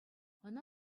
ӑна